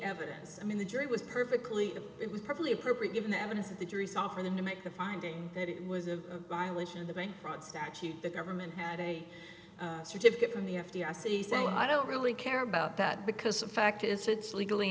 evidence i mean the jury was perfectly it was probably appropriate given the evidence that the jury saw for them to make a finding that it was a violation of the bank fraud statute the government had a certificate from the f t c saying i don't really care about that because the fact is it's legally